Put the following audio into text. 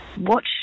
watch